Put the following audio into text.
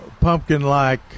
pumpkin-like